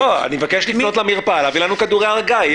אני מבקש לפנות למרפאה ולהביא לנו כדורי הרגעה.